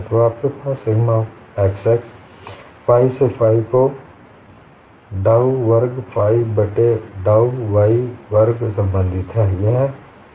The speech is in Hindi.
तो आपके पास सिग्मा xx फाइ से फाइ को डाउ वर्ग फाइ बट्टे डाउ y वर्ग संबंधित है